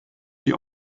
sie